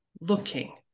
looking